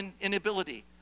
inability